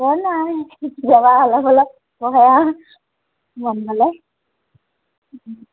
অঁ নাই যোৱাবাৰ অলপ অলপ পঢ়োৱা মন গ'লে